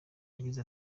yagize